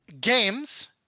games